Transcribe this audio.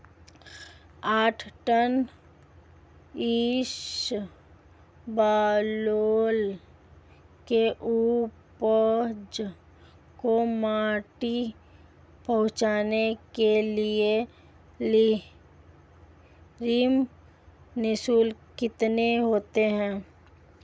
आठ टन इसबगोल की उपज को मंडी पहुंचाने के लिए श्रम शुल्क कितना होगा?